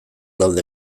daude